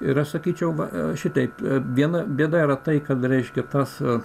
ir aš sakyčiau va šitaip viena bėda yra tai kad reiškia tas